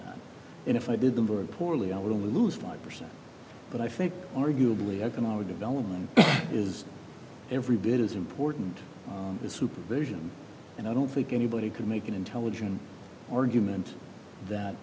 and if i did the board poorly i would lose five percent but i think arguably economic development is every bit as important as supervision and i don't think anybody can make an intelligent argument that